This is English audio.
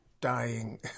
dying